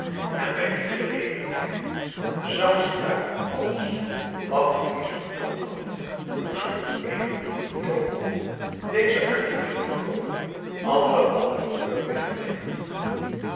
en bij die gelegenheid zag ze daar alles wat louise gekocht had moest ze om even in die toko deze artikelen te koopen anderhalf uur wegblijven